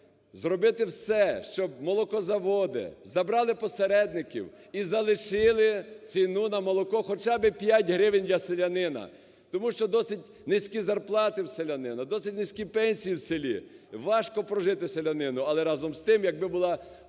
зробити все, щоб молокозаводи забрали посередників і залишили ціну на молоко хоча би 5 гривень для селянина. Тому що досить низькі зарплати в селянина, досить низькі пенсії в селі, важко прожити селянину. Але разом з тим, якби була